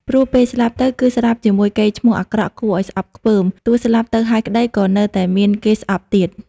ព្រោះពេលស្លាប់ទៅ គឺស្លាប់ជាមួយកេរ្តិ៍ឈ្មោះអាក្រក់គួរស្អប់ខ្ពើម ទោះស្លាប់ទៅហើយក្តី ក៏នៅតែមានគេស្អប់ទៀត ។